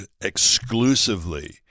exclusively